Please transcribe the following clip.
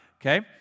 okay